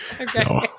Okay